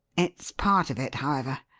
it's part of it, however.